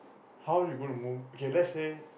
how you gonna move okay let's say